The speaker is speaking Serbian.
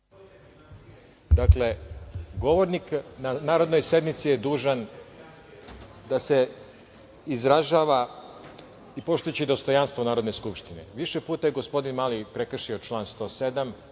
107.Dakle, govornik na sednici je dužan da se izražava i poštujući dostojanstvo Narodne skupštine. Više puta je gospodin Mali prekršio član 107.